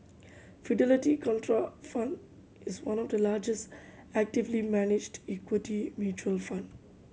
Fidelity Contrafund is one of the largest actively managed equity mutual fund